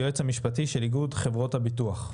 יועץ משפטי מטעם איגוד חברות הביטוח.